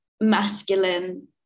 masculine